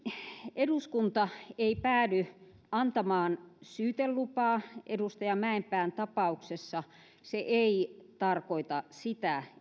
eduskunta ei päädy antamaan syytelupaa edustaja mäenpään tapauksessa se ei tarkoita sitä